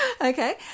okay